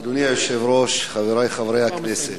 אדוני היושב-ראש, חברי חברי הכנסת,